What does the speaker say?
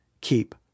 keep